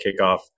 kickoff